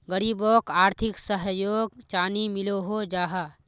गरीबोक आर्थिक सहयोग चानी मिलोहो जाहा?